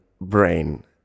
brain